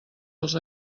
els